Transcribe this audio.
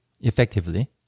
effectively